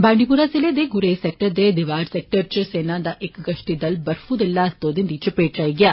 बांडीपौरा जिले दे गुरेज सैक्टर दे दावार सैक्टर इच सेना दा इक गश्ती दल बर्फू दे ल्हास तौंदे दी चपेट इच आई गेआ